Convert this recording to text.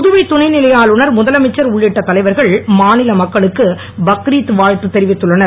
புதுவை துணை நிலை ஆளுநர் முதலமைச்சர் உள்ளிட்ட தலைவர்கள் மா நில மக்களுக்கு பக்ரீத் வாழ்த்து தெரிவித்துள்ளனர்